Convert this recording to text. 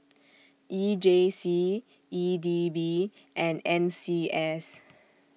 E J C E D B and N C S